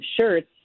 shirts